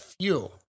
fuel